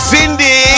Cindy